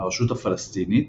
הרשות הפלסטינית,